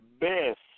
best